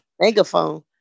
megaphone